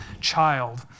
child